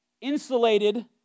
insulated